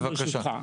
ברשותך.